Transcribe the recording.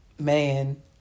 man